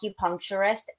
acupuncturist